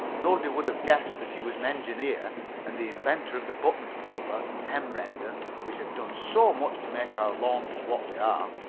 nobody would have guessed that he was an engineer and the inventor of the button-pulper and hem-render which have done so much to make our laundries what they are.